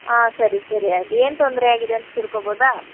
ಹಾಂ ಸರಿ ಸರಿ ಆಯಿತು ಏನು ತೊಂದರೆ ಆಗಿದೆ ಅಂತ ತಿಳ್ಕೊಳ್ಬೌದಾ